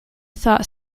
thought